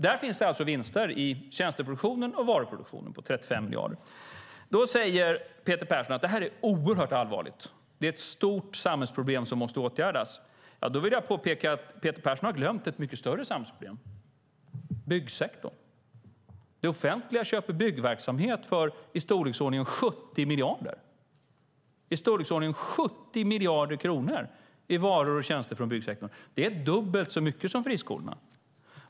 Där finns det alltså vinster, i tjänsteproduktionen och varuproduktionen, på 35 miljarder. Peter Persson säger att detta är oerhört allvarligt. Det är ett stort samhällsproblem som måste åtgärdas. Låt mig då påpeka att Peter Persson har glömt ett mycket större samhällsproblem, nämligen byggsektorn. Det offentliga köper varor och tjänster från byggsektorn för i storleksordningen 70 miljarder kronor. Det är dubbelt så mycket som friskolorna.